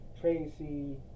Tracy